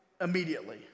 immediately